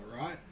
right